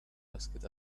asked